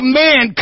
man